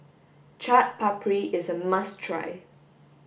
Chaat Papri is a must try